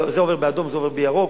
זה עובר באדום, זה עובר בירוק,